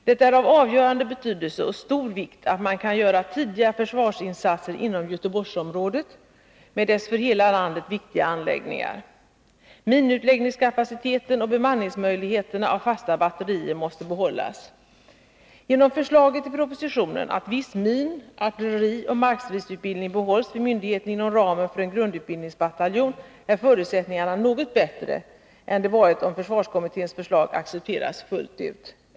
Det är av avgörande betydelse och av stor vikt att man kan göra tidiga försvarsinsatser inom Göteborgsområdet med dess för hela landet viktiga anläggningar. Minutläggningskapaciteten och bemanningsmöjligheterna när det gäller fasta batterier måste behållas. Genom förslaget i propositionen att viss min-, artillerioch markstridsutbildning behålles vid myndigheten inom ramen för en grundutbildningsbataljon, är förutsättningarna något bättre än de skulle ha varit om försvarskommitténs förslag hade accepterats fullt ut.